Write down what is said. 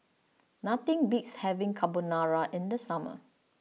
nothing beats having Carbonara in the summer